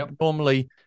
Normally